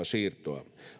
siirtoa